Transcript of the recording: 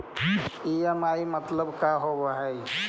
EMI मतलब का होब हइ?